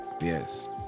yes